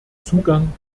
zugang